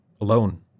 alone